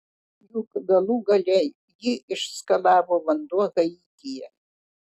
juk galų gale jį išskalavo vanduo haityje